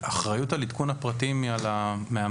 האחריות על עדכון הפרטים היא על המאמנים,